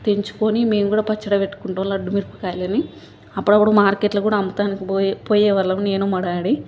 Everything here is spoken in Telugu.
తెంచుకొని మేము కూడా పచ్చడి పెట్టుకుంటాం లడ్డూ మిరపకాయలని అప్పుడపుడు మార్కెట్లో కూడా అమ్ముతానికి పోయే పోయేవాళ్ళం నేను మా డాడీ